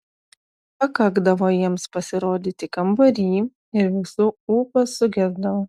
pakakdavo jiems pasirodyti kambary ir visų ūpas sugesdavo